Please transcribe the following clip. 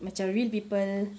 macam real people